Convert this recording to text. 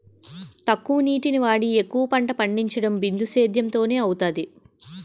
తక్కువ నీటిని వాడి ఎక్కువ పంట పండించడం బిందుసేధ్యేమ్ తోనే అవుతాది